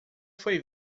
foi